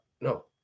No